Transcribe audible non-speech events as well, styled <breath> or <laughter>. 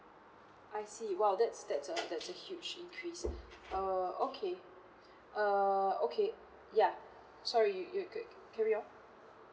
I see !wow! that's that's a that's a huge increase <breath> uh okay uh okay ya sorry you you could carry on